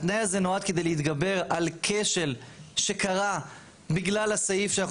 התנאי הזה נועד כדי להתגבר על כשל שקרה בכלל הסעיף שאנחנו